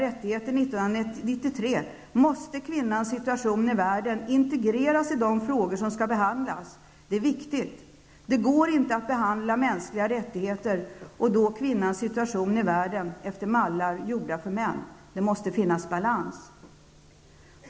måste situationen för kvinnorna i världen integreras i de frågor som skall behandlas. Detta är viktigt. Det går inte att behandla frågan om mänskliga rättigheter, dvs. frågan om situationen för kvinnorna i världen, efter mallar som är gjorda för män. Det måste finnas en balans.